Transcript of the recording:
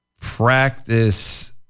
practice